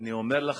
ואני אומר לך,